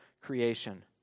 creation